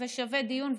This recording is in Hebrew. זה שווה דיון,